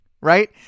right